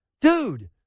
dude